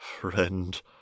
friend